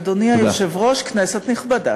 אדוני היושב-ראש, כנסת נכבדה,